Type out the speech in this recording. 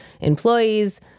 employees